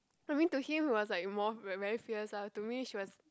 I mean to him who was like more fero~ very fierce ah to me she was